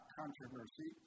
controversy